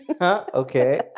Okay